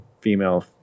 female